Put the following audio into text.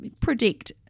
predict